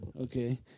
Okay